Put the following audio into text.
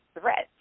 threats